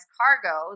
cargo